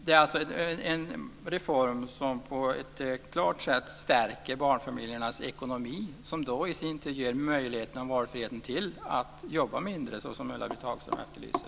Det är en reform som på ett klart sätt stärker barnfamiljernas ekonomi. Det ger möjligheter och valfrihet att jobba mindre, såsom Ulla-Britt Hagström efterlyser.